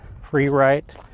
free-write